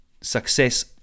success